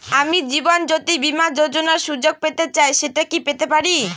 আমি জীবনয্যোতি বীমা যোযোনার সুযোগ পেতে চাই সেটা কি পেতে পারি?